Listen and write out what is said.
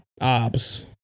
Ops